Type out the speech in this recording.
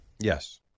Yes